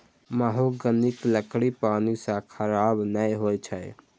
महोगनीक लकड़ी पानि सं खराब नै होइ छै